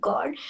God